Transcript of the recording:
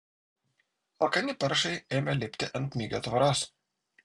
alkani paršai ėmė lipti ant migio tvoros